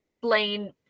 Blaine